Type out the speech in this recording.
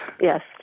yes